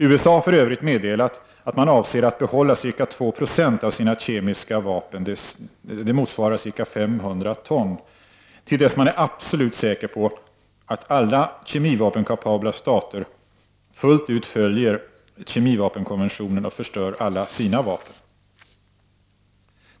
USA har för övrigt meddelat att man avser att behålla ca 2 70 av sina kemiska vapen — det motsvarar ca 500 ton — till dess man är absolut säker på att alla ”kemivapenkapabla” stater fullt ut följer kemivapenkonventionen och förstör alla sina vapen.